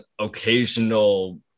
occasional